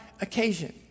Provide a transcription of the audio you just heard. occasion